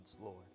Lord